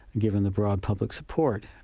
given the broad public support.